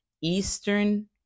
Eastern